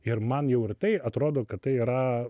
ir man jau ir tai atrodo kad tai yra